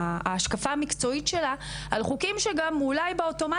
ההשקפה המקצועית שלה על חוקים שאולי באוטומט